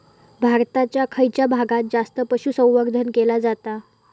भारताच्या खयच्या भागात जास्त पशुसंवर्धन केला जाता?